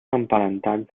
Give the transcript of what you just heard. emparentats